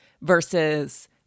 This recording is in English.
versus